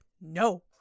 No